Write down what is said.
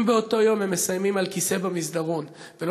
אם באותו יום הם מסיימים על כיסא במסדרון ולא